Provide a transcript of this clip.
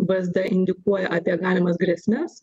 vsd indikuoja apie galimas grėsmes